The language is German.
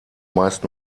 meist